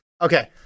Okay